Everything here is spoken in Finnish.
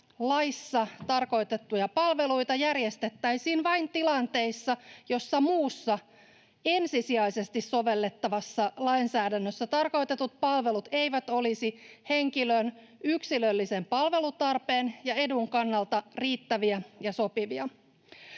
laissa tarkoitettuja palveluita järjestettäisiin vain tilanteissa, joissa muussa, ensisijaisesti sovellettavassa lainsäädännössä tarkoitetut palvelut eivät olisi henkilön yksilöllisen palvelutarpeen ja edun kannalta riittäviä ja sopivia.